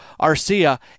Arcia